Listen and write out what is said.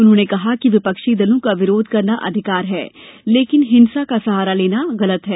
उन्होंने कहा कि विपक्षी दलों का विरोध करना अधिकार है लेकिन हिंसा का सहारा लेना गलत है